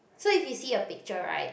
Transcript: so if you see a picture right